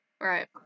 Right